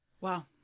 Wow